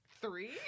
three